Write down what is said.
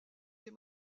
des